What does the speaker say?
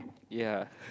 ya